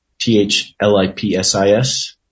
T-H-L-I-P-S-I-S